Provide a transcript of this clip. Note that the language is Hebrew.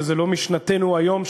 וזו לא משנתנו היום,